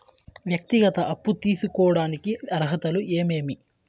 వ్యక్తిగత అప్పు తీసుకోడానికి అర్హతలు ఏమేమి